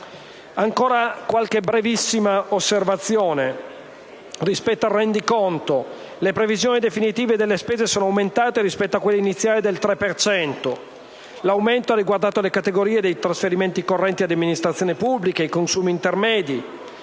Ancora qualche breve osservazione sul rendiconto. Le previsioni definitive delle spese sono aumentate rispetto a quelle iniziali del 3 per cento. L'aumento ha riguardato le categorie: trasferimenti correnti ad amministrazioni pubbliche, consumi intermedi,